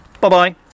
Bye-bye